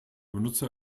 benutzer